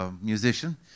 musician